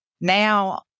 Now